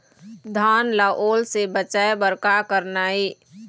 धान ला ओल से बचाए बर का करना ये?